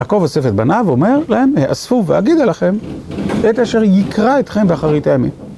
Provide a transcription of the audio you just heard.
עקב אוספ את בניו ואומר להם, אספו ואגיד אליכם את אשר יקרה אתכם באחרית הימים.